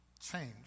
change